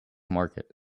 market